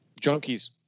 Junkies